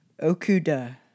Okuda